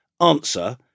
answer